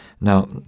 Now